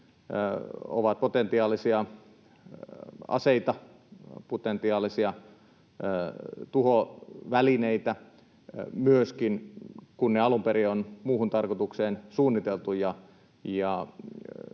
ovat potentiaalisia aseita, potentiaalisia tuhovälineitä, myöskin, kun ne alun perin on muuhun tarkoitukseen suunniteltuja.